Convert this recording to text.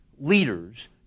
leaders